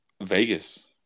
vegas